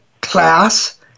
class